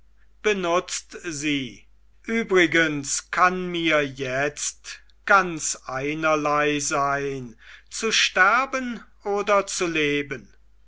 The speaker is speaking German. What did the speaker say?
benutzt sie übrigens kann mir jetzt ganz einerlei sein zu sterben oder zu leben